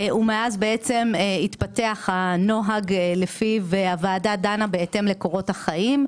ומאז התפתח הנוהג שלפיו הוועדה דנה בהתאם לקורות החיים.